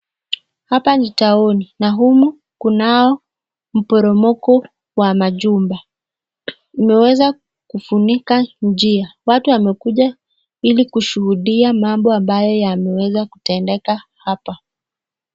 Hapa ni taoni na humu kuna mporomoko wa majumba umeweza kufunika njia watu wamekuja ili kushuhudia mambo ambayo yameweza kutendeka hapa.